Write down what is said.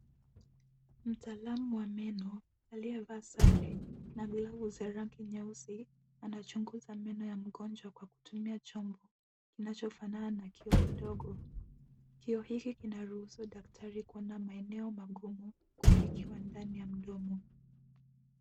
Mtaalamu wa meno aliyevaa sare na glovu za rangi nyeusi anachuguza meno ya mgonjwa kwa kutumia chombo kinachofanana na kioo kidogo. Kioo hiki kinaruhusu daktari kuona maeneo magumu kufikiwa ndani ya mdomo.